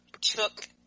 took